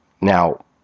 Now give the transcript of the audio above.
Now